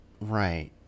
Right